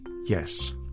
Yes